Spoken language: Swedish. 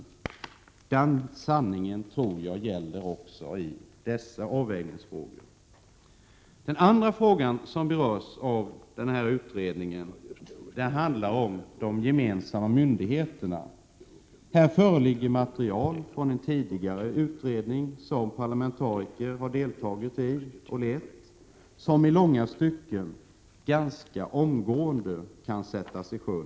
Jag tror att denna sanning också gäller i dessa avvägningsfrågor. En ytterligare fråga som berörs av försvarsmaktsutredningen handlar om de gemensamma myndigheterna. Här föreligger material från en tidigare utredning som parlamentariker har deltagit i och ansvarat för och som i långa stycken nästan omgående kan sättas i sjön.